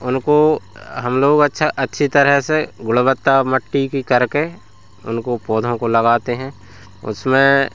उनको हम लोग अच्छा अच्छी तरह से गुणवत्ता मट्टी की करके उनको पौधों को लगाते हैं उसमें